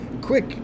quick